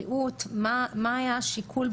מה היה השיקול,